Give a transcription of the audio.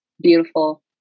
beautiful